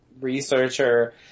researcher